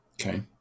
Okay